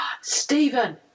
Stephen